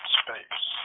space